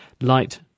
Light